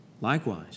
Likewise